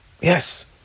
Yes